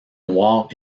noir